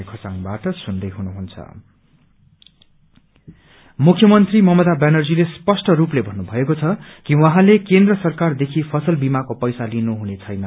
कोप insurance मुख्यमन्त्री ममता ब्यानर्जीले स्पष्ट रूपले भन्नुभएको छ कि उहाँले केन्द्र सरकारदेखि फसल बीमाको पैसा लिनु हुने छैन